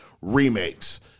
remakes